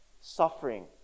suffering